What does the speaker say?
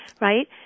Right